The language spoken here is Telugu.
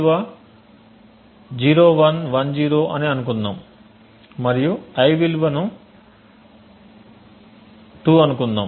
a విలువ 0110 అని అనుకుందాము మరియు i యొక్క విలువను 2 అనుకుందాము